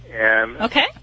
Okay